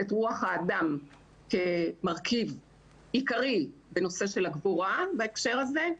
את רוח האדם כמרכיב עיקרי בנושא של הגבורה בהקשר הזה,